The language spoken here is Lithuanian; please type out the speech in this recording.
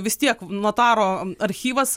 vis tiek notaro archyvas